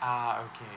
ah okay